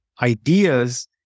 ideas